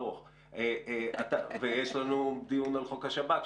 מאה אחוז, כל אחד לעמדתו, זה בסדר.